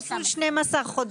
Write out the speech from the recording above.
כפול 12 חודשים.